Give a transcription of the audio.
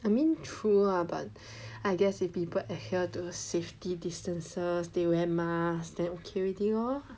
I mean true lah but I guess if people adhere to safety distances they wear mask then ok already lor